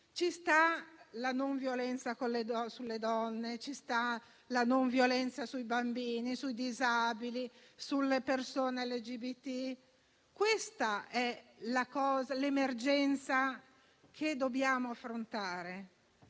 sta la nonviolenza sulle donne, sui bambini, sui disabili e sulle persone LGBT. Questa è l'emergenza che dobbiamo affrontare.